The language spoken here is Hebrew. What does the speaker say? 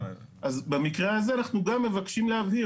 אז במקרה הזה אנחנו גם מבקשים להבהיר,